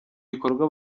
bikorwa